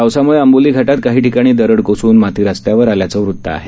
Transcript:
पावसामुळे आंबोली घाटात काही ठिकाणी दरड कोसळून माती रस्त्यावर आल्याचं वृत्त आहे